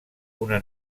una